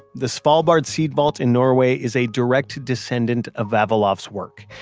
the svalbard seed vault in norway is a direct descendant of vavilov's work.